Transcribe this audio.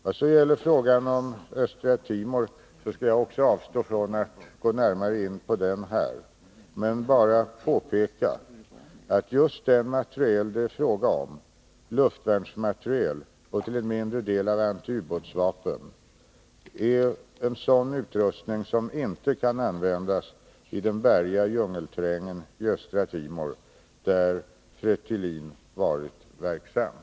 Vad så gäller frågan om Östtimor skall också jag avstå från att gå närmare in på den här men bara påpeka att just den materiel det är fråga om, luftvärnsmateriel och till en mindre del antiubåtsvapen, är sådan utrustning som inte kan användas i den bergiga djungelterrängen i Östtimor, där Fretilin varit verksamt.